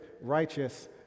righteous